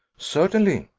certainly,